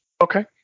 Okay